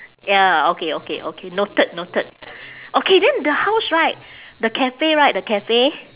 ya okay okay okay noted noted okay then the house right the cafe right the cafe